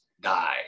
die